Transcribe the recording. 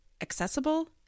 accessible